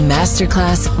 Masterclass